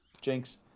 Jinx